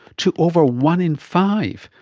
to over one in five,